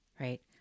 right